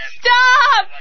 stop